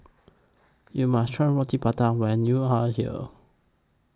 YOU must Try Roti Prata when YOU Are here